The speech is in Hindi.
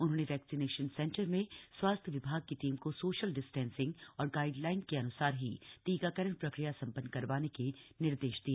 उन्होंने वक्वसीनेशन सेंटर में स्वास्थ्य विभाग की टीम को सोशल डिस्टेंसिंग और गाइडलाइन के अनुसार ही टीकाकरण प्रक्रिया संपन्न करवाने के निर्देश दिए